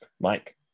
Mike